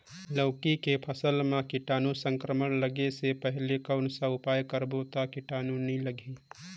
लौकी के फसल मां कीटाणु संक्रमण लगे से पहले कौन उपाय करबो ता कीटाणु नी लगही?